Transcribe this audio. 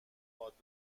باد